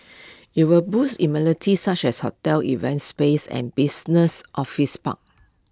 IT will boast amenities such as hotels events spaces and business office park